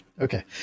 Okay